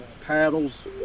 paddles